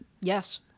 Yes